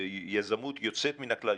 יזמות יוצאת מן הכלל,